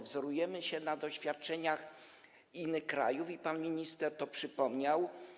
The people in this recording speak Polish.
Wzorujemy się na doświadczeniach innych krajów, pan minister to przypomniał.